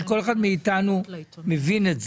שכל אחד מאיתנו מבין את זה,